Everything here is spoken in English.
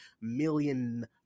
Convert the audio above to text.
million